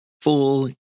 Full